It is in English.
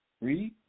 Read